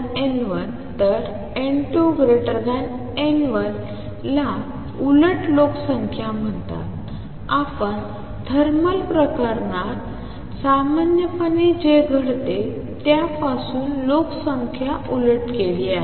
तर n2 n1 ला उलट लोकसंख्या म्हणतात आपण थर्मल प्रकरणात सामान्यपणे जे घडते त्यापासून लोकसंख्या उलट केली आहे